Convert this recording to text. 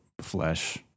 flesh